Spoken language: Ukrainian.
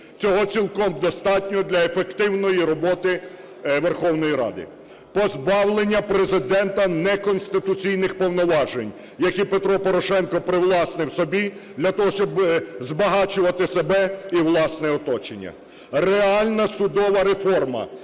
цього цілком достатньо для ефективної роботи Верховної Ради. Позбавлення Президента неконституційних повноважень, які Петро Порошенко привласнив собі для того, щоб збагачувати себе і власне оточення. Реальна судова реформа: